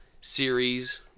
series